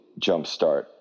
jumpstart